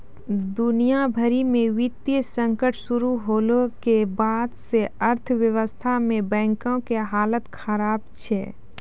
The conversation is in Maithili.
दुनिया भरि मे वित्तीय संकट शुरू होला के बाद से अर्थव्यवस्था मे बैंको के हालत खराब छै